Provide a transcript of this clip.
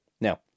Now